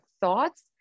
thoughts